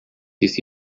this